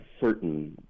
certain